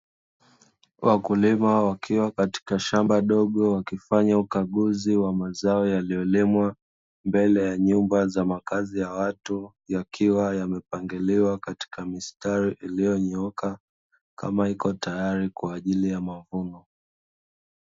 Wakulima wakiwa katika shamba dogo wakifanya ukaguzi wa mazao yaliyolimwa mbele ya nyumba za makazi ya watu, yakiwa yamepangiliwa katika mistari iliyonyooka, kama iko tayari kwa ajili ya mavuno.